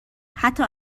حتی